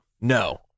No